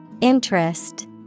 Interest